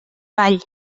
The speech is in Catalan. ball